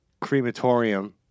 crematorium